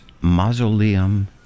Mausoleum